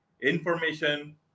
information